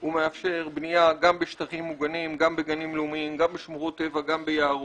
הוא מאפשר בנייה גם בשטחים מוגנים בשמורות טבע וביערות.